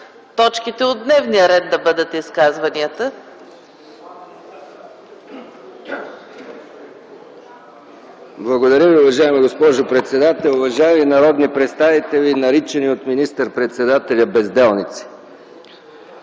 точките от дневния ред. МИХАИЛ МИКОВ (КБ): Благодаря ви. Уважаема госпожо председател, уважаеми народни представители, наричани от министър-председателя безделници!